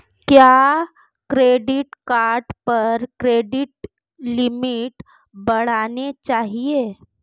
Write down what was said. क्या credit card पर credit limit बढ़ानी चाहिए?